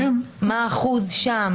מה האחוז שם